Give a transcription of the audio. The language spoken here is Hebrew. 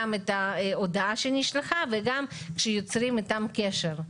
את ההודעה שנשלחה וגם כשיוצרים איתם קשר.